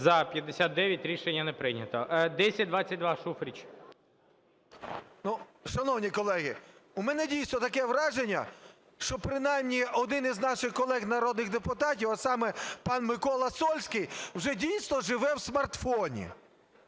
За-59 Рішення не прийнято. 1022, Шуфрич. 13:28:47 ШУФРИЧ Н.І. Шановні колеги, у мене, дійсно, таке враження, що принаймні один із наших колег народних депутатів, а саме пан Микола Сольський, вже дійсно живе у смартфоні.